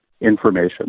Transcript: information